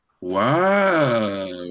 Wow